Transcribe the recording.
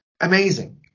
amazing